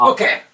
Okay